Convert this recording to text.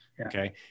Okay